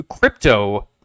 crypto